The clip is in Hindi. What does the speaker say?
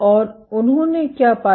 और उन्होंने क्या पाया